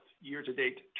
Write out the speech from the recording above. year-to-date